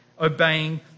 obeying